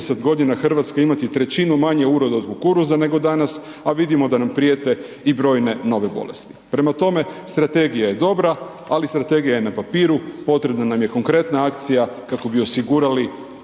g. Hrvatska imati 1/3 manje uroda od kukuruza nego dana a vidimo da nam prijete i brojne nove bolesti. Prema tome, strategija je dobra ali strategija na papiru, potrebno nam je konkretna akcija kako bi osigurali